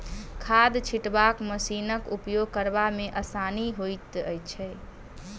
खाद छिटबाक मशीनक उपयोग करबा मे आसानी होइत छै